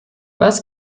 was